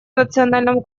национальном